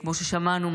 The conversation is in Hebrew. כמו ששמענו,